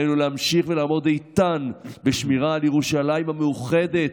עלינו להמשיך ולעמוד איתן בשמירה על ירושלים המאוחדת,